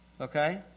okay